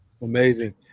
Amazing